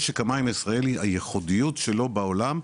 משק המים הישראלי הייחודיות שלו בעולם,